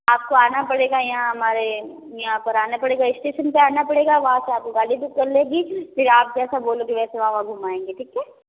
आपको आना पड़ेगा यहाँ हमारे यहाँ पर आना पड़ेगा स्टेशन पर आना पड़ेगा वहाँ से आपको गाड़ी पिक कर लेगी फिर आप जैसा बोलोगे वैसा वे वहाँ घूमाएंगे ठीक है